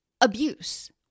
abuse